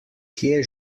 kje